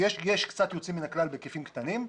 יש קצת יוצאים מן הכלל בהיקפים קטנים,